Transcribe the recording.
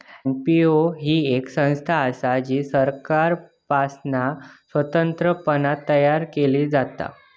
NGO ही येक संस्था असा जी सरकारपासना स्वतंत्रपणान तयार केली जाता